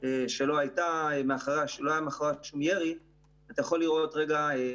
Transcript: שלא היה מאחוריה שום ירי ואז אתה יכול לראות פיק,